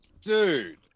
dude